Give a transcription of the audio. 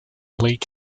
leak